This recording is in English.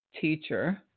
teacher